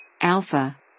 Alpha